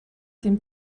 dem